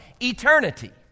eternity